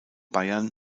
bayern